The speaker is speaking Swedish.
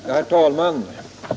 Herr talman!